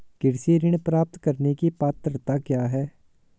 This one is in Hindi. कृषि ऋण प्राप्त करने की पात्रता क्या है?